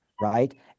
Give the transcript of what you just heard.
right